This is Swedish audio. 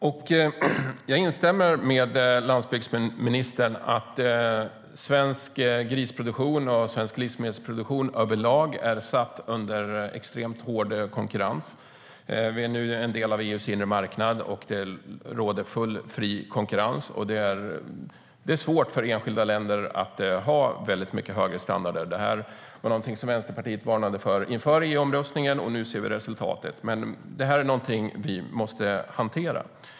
Jag instämmer med landsbygdsministern i att svensk grisproduktion och svensk livsmedelsproduktion över lag är satt under extremt hård konkurrens. Vi är nu en del av EU:s inre marknad, där det råder full och fri konkurrens, och det är svårt för enskilda länder att ha mycket högre standarder. Detta är något Vänsterpartiet varnade för inför EU-omröstningen, och nu ser vi resultatet. Det är någonting vi måste hantera.